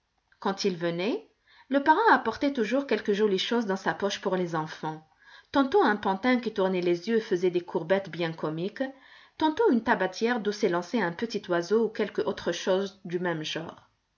quand il venait le parrain apportait toujours quelque jolie chose dans sa poche pour les enfants tantôt un pantin qui tournait les yeux et faisait des courbettes bien comiques tantôt une tabatière d'où s'élançait un petit oiseau ou quelque autre chose du même genre